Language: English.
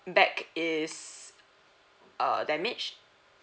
back is err damaged